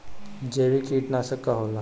जैविक कीटनाशक का होला?